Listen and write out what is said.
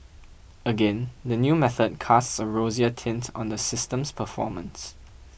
again the new method casts a rosier tint on the system's performance